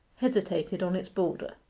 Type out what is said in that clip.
hesitated on its border.